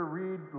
read